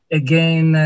again